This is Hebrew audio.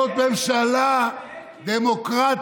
זאת ממשלה דמוקרטית?